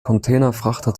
containerfrachter